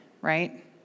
right